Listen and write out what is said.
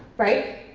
right?